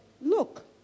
look